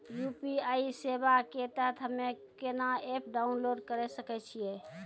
UPI सेवा के तहत हम्मे केना एप्प डाउनलोड करे सकय छियै?